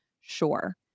Sure